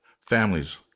families